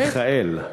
מיכאל.